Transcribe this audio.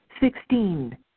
Sixteen